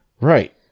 Right